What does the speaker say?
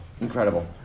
Incredible